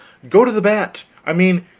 go to the bat. i mean,